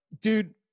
dude